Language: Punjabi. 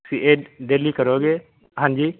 ਫੇ ਇਹ ਡੇਲੀ ਕਰੋਗੇ ਹਾਂਜੀ